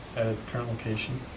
at the current location,